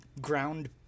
ground